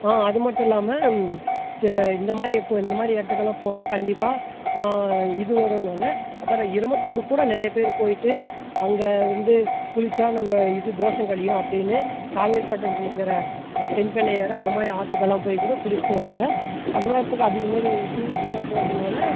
அது மட்டும் இல்லாமல் இந்த மாதிரி இந்த மாதிரி இடத்துக்குலாம் போனால் கண்டிப்பாக இது வருன்னாங்க அப்புறம் இரமத்தூர் கூட நிறைய பேர் போயிட்டு அங்கே இருந்து குளித்தா நம்ம இது தோஷம் கழியும் அப்படினு காவிரிப் பட்டணத்தில் இருக்கிற தென்பெண்ணையாறு அந்த மாதிரி ஆற்றுக்கு எல்லாம் போய் கூட குளித்துட்டு வராங்க அந்த மாதிரி இடத்துக்கு அதிகம் மாரி டூரிஸ்ட்டெல்லாம் போறதினால